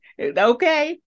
Okay